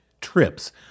trips